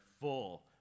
full